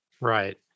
Right